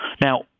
Now